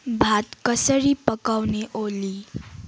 भात कसरी पकाउने ओली